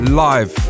live